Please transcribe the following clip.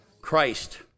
Christ